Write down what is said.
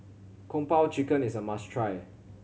Kung Po Chicken is a must try